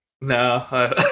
No